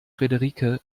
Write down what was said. frederike